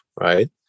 right